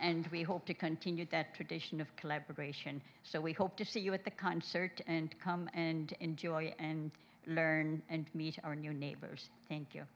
and we hope to continue that tradition of collaboration so we hope to see you at the concert and come and enjoy and learn and meet our new neighbors thank you